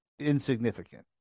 insignificant